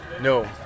No